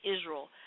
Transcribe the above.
Israel